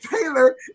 Taylor